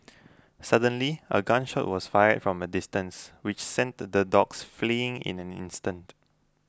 suddenly a gun shot was fired from a distance which sent the dogs fleeing in an instant